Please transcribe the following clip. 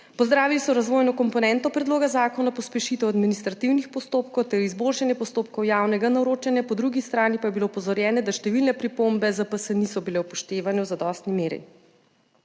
Pozdravili so razvojno komponento predloga zakona, pospešitev administrativnih postopkov ter izboljšanje postopkov javnega naročanja, po drugi strani pa je bilo opozorjeno, da številne pripombe ZPS niso bile upoštevane v zadostni meri.